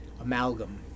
Amalgam